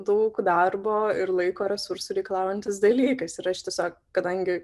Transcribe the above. daug darbo ir laiko resursų reikalaujantis dalykas ir aš tiesiog kadangi